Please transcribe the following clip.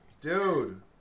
Dude